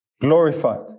glorified